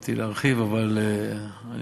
יכולתי להרחיב, אבל אני